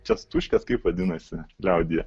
čiastuškės kaip vadinasi liaudyje